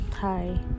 Hi